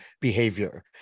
behavior